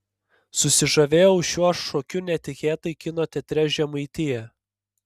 susižavėjau šiuo šokiu netikėtai kino teatre žemaitija